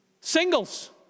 Singles